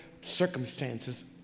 circumstances